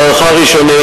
בהערכה ראשונית,